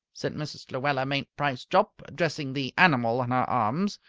said mrs. luella mainprice jopp, addressing the animal in her arms,